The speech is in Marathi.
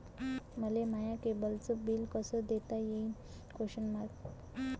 मले माया केबलचं बिल कस देता येईन?